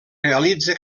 realitza